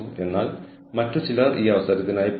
ഒരു ബ്രാൻഡിന്റെയും പേര് ഞാൻ എടുത്തുപറയുന്നില്ല